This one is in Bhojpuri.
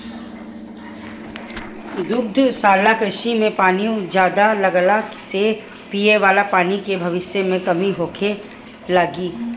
दुग्धशाला कृषि में पानी ज्यादा लगला से पिये वाला पानी के भविष्य में कमी होखे लागि